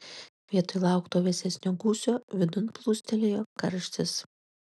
vietoj laukto vėsesnio gūsio vidun plūstelėjo karštis